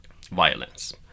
violence